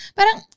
Parang